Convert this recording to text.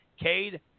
Cade